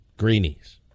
Greenies